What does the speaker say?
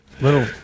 little